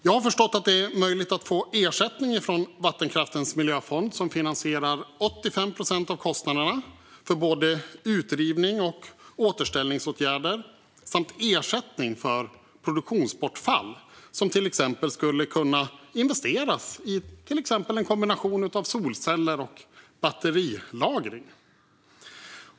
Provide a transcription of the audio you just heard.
Jag har förstått att det är möjligt att få ersättning från Vattenkraftens Miljöfond, som finansierar 85 procent av kostnaderna för både utrivning och återställningsåtgärder samt ersättning för produktionsbortfall som till exempel skulle kunna investeras i en kombination av solceller och batterilagring.